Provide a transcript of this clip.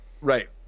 right